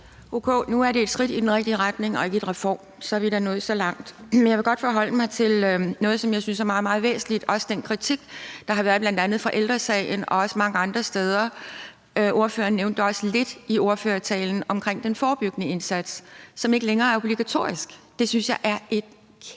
Nu er det et skridt i den rigtige retning og ikke en reform. Så er vi da nået så langt. Jeg vil godt forholde mig til noget, som jeg synes er meget, meget væsentligt, nemlig den kritik, der har været, bl.a. fra Ældre Sagen og også mange andre steder fra – ordføreren nævnte det også lidt i ordførertalen – og det handler om den forebyggende indsats, som ikke længere er obligatorisk. Det synes jeg er et kæmpe